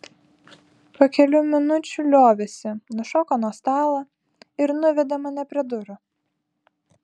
po kelių minučių liovėsi nušoko nuo stalo ir nuvedė mane prie durų